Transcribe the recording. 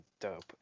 dope